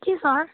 के सर